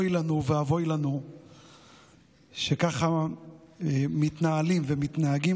אוי לנו ואבוי לנו שככה מתנהלים ומתנהגים